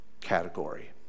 category